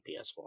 ps4